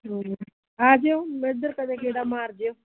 ਆ ਜਾਇਓ ਇੱਧਰ ਕਦੇ ਗੇੜਾ ਮਾਰ ਜਾਇਓ